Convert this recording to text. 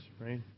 right